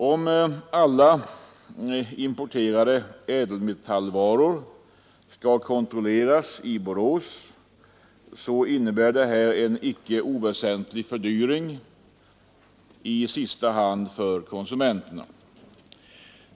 Om alla importerade ädelmetallvaror skall kontrolleras i Borås, innebär detta en icke oväsentlig fördyring, i sista hand för konsumenterna.